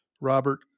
Robert